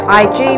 ig